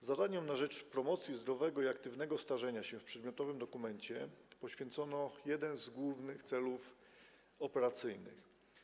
Zadaniom na rzecz promocji zdrowego i aktywnego starzenia się w przedmiotowym dokumencie poświęcono jeden z głównych celów operacyjnych.